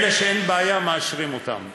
אלה שאין בעיה, מאשרים אותם.